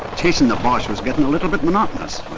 chasing the bosche was getting a little bit monotonous,